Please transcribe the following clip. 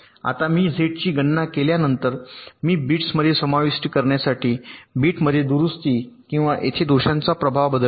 आता मी झेडची गणना केल्यानंतर मी बीटस मध्ये समाविष्ट करण्यासाठी बिटमध्ये दुरुस्ती किंवा येथे दोषांचा प्रभाव बदल करतो